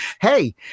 hey